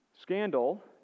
Scandal